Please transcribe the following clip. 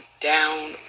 down